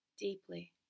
deeply